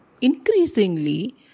Increasingly